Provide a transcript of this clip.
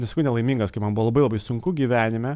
nesakau nelaimingas kai man buvo labai labai sunku gyvenime